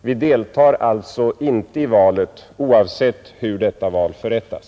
Vi deltar alltså inte i valet, oavsett hur detta val förrättas.